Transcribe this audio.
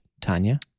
Tanya